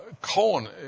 cohen